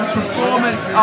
performance